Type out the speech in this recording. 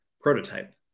prototype